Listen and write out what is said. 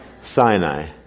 Sinai